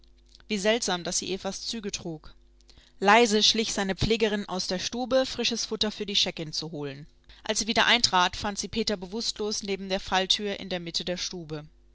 wie seltsam daß sie evas züge trug leise schlich seine pflegerin aus der stube frisches futter für die scheckin zu holen als sie wieder eintrat fand sie peter bewußtlos neben der falltür in der mitte der stube